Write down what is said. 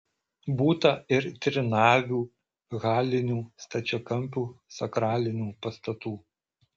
būta ir trinavių halinių stačiakampių sakralinių pastatų